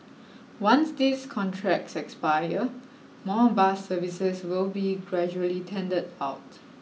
once these contracts expire more bus services will be gradually tendered out